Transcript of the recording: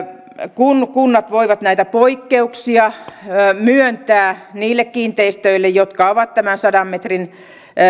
kun kunnat voivat näitä poikkeuksia myöntää niille kiinteistöille jotka ovat tämän sadan metrin